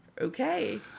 Okay